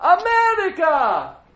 America